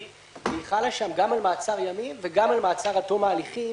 והיא חלה שם גם על מעצר ימים וגם על מעצר עד תום ההליכים,